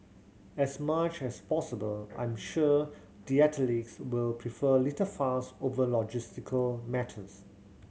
as much as possible I'm sure the athletes will prefer little fuss over logistical matters